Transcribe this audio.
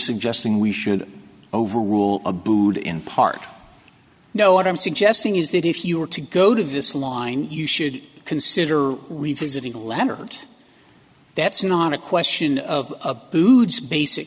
suggesting we should overrule abood in part no what i'm suggesting is that if you were to go to this line you should consider revisiting leonard that's not a question of food basic